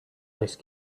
ice